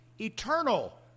eternal